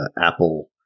Apple